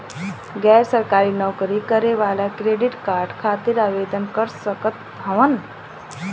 गैर सरकारी नौकरी करें वाला क्रेडिट कार्ड खातिर आवेदन कर सकत हवन?